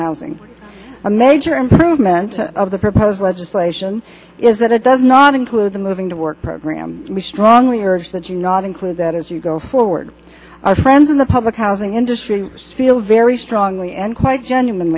housing a major improvement of the proposed legislation is that it does not include the moving to work program we strongly urge that you not include that as you go forward our friends in the public housing industry feel very strongly and quite